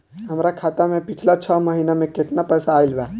हमरा खाता मे पिछला छह महीना मे केतना पैसा आईल बा?